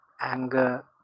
anger